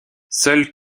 seules